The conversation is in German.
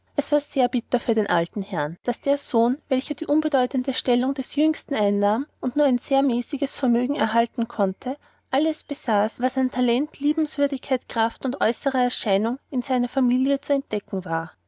es war sehr bitter für den alten herrn daß der sohn welcher die unbedeutende stellung des jüngsten einnahm und nur ein sehr mäßiges vermögen erhalten konnte alles besaß was an talent liebenswürdigkeit kraft und äußerer erscheinung in seiner familie zu entdecken war